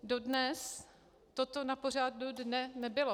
Dodnes toto na pořadu dne nebylo.